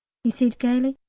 he said gaily.